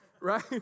right